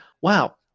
wow